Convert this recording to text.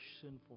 sinful